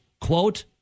Quote